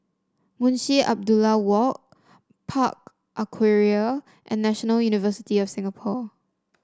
Munshi Abdullah Walk Park Aquaria and National University of Singapore